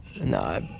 No